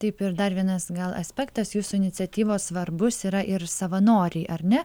taip ir dar vienas gal aspektas jūsų iniciatyvos svarbus yra ir savanoriai ar ne